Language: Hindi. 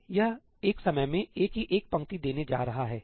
तो यह एक समय में A की एक पंक्ति देने जा रहा है